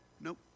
Nope